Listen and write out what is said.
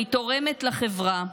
אני תורמת לחברה.